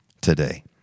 today